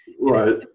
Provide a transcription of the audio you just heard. right